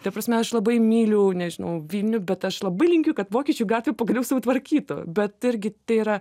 ta prasme aš labai myliu nežinau vilnių bet aš labai linkiu kad vokiečių gatvę pagaliau sutvarkytų bet irgi tai yra